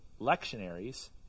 lectionaries